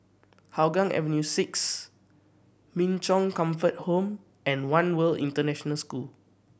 Hougang Avenue Six Min Chong Comfort Home and One World International School